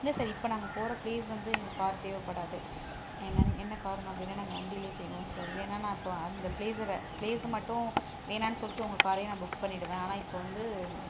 இல்லை சார் இப்போ நாங்கள் போகிற ப்ளேஸ் வந்து எங்களுக்கு கார் தேவைப்படாது என்னன் என்ன காரணம் அப்படினா நாங்கள் வண்டியிலயே போய்டுவோம் சார் இல்லைனா நான் இப்போது அந்த ப்ளேஸர ப்ளேஸை மட்டும் வேணாம் சொல்லிட்டு உங்கள் காரையே நான் புக் பண்ணிடுவேன் ஆனால் இப்போ வந்து